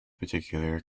particular